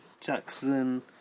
Jackson